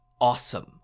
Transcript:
awesome